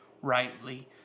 rightly